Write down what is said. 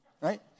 right